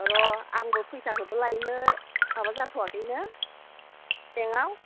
र' आंबो फैसाखौबो लायनो माबा जाथ'वाखैना बेंकआव